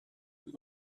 plus